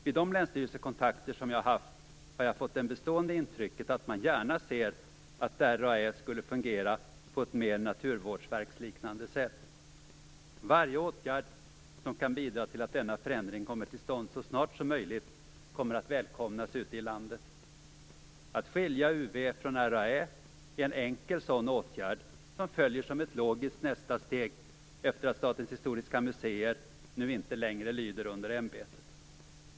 Vid de länsstyrelsekontakter jag har haft har jag fått det bestående intrycket att man gärna ser att RAÄ skulle fungera på ett mer naturvårdsverksliknande sätt. Varje åtgärd som kan bidra till att denna förändring kommer till stånd så snart som möjligt kommer att välkomnas ute i landet. Att skilja UV från RAÄ är en enkel sådan åtgärd som följer som ett logiskt nästa steg efter att statens historiska museer nu inte längre lyder under ämbetet.